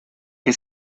que